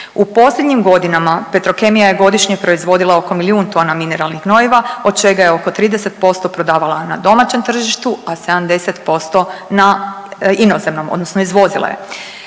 U posljednjim godinama Petrokemija je godišnje proizvodila oko milijun tona mineralnih gnojiva od čega je oko 30% prodavala na domaćem tržištu, a 70% na inozemnom odnosno izvozila je.